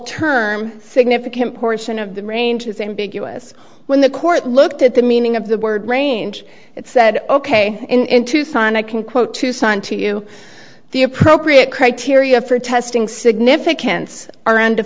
term significant portion of the range is ambiguous when the court looked at the meaning of the word range it said ok in tucson i can quote tucson to you the appropriate criteria for testing significance are und